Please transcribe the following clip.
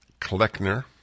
Kleckner